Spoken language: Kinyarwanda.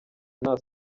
nta